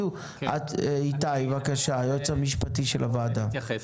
איתי, היועץ המשפטי של הוועדה, בבקשה.